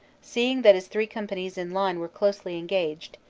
seeing that his three companies in line were closely engaged,